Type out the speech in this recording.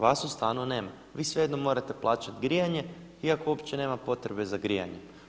Vas u stanu nema, vi svejedno morate plaćati grijanje iako uopće nema potrebe za grijanjem.